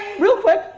real quick,